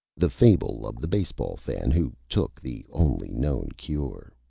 the fable of the base ball fan who took the only known cure